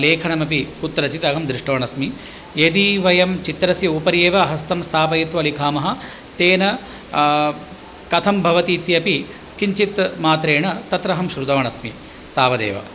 लेखनमपि कुत्रचित् अहं दृष्टवान् अस्मि यदि वयं चित्रस्य उपरि एव हस्तं स्थापयित्वा लिखामः तेन कथं भवति इत्यपि किञ्चित्मात्रेण तत्र अहं श्रुतवान् अस्मि तावदेव